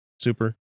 Super